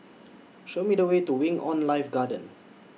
ahow Me The Way to Wing on Life Garden